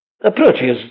approaches